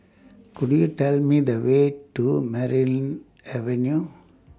Could YOU Tell Me The Way to Merryn Avenue